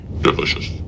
Delicious